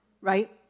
right